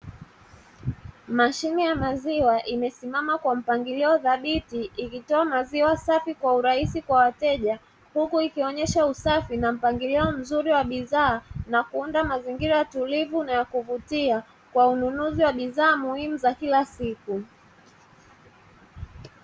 Mashine ya maziwa imesimama kwa mpangilio thabiti ikitoa maziwa safi kwa urahisi kwa wateja, huku ikionyesha usafi na mpangilio mzuri wa bidhaa na kuunda mazingira tulivu na ya kuvutia, kwa ununuzi wa bidhaa muhimu za kila siku.